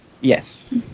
Yes